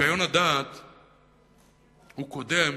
וניקיון הדעת הוא קודם